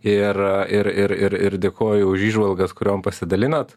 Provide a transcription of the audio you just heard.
ir ir ir ir ir dėkoju už įžvalgas kuriom pasidalinot